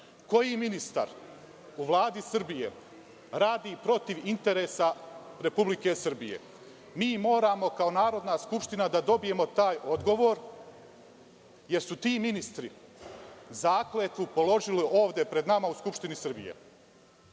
koji ministar u Vladi Srbije radi protiv interesa Republike Srbije? Mi kao Narodna skupština moramo da dobijemo taj odgovor, jer su ti ministri zakletvu položili ovde pred nama, u Skupštini Srbije. Pre